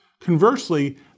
Conversely